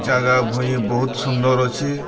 ଜାଗା ଭୁଇଁ ବହୁତ୍ ସୁନ୍ଦର୍ ଅଛେ